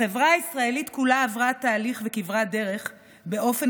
החברה הישראלית כולה עברה תהליך וכברת דרך באופן